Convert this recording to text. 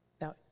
Now